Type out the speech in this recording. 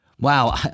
Wow